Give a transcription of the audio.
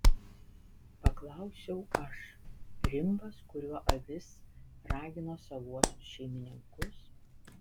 paklausiau aš rimbas kuriuo avis ragino savuosius šeimininkus